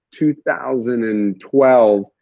2012